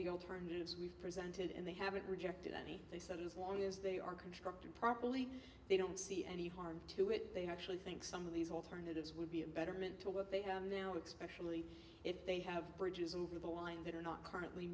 the alternatives we've presented and they haven't rejected any they said as long as they are contracted properly they don't see any harm to it they actually think some of these alternatives would be a better meant to work they now expect if they have bridges over the line that are not currently